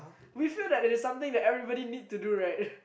we feel that it is something that everybody need to do right